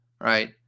right